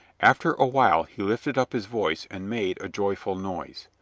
after a while he lifted up his voice and made a joyful noise.